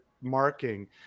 marking